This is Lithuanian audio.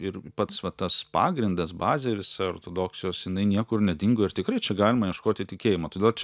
ir pats va tas pagrindas bazė visa ortodoksijos jinai niekur nedingo ir tikrai čia galima ieškoti tikėjimo todėl čia